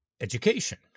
education